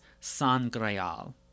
sangreal